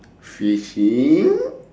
fishing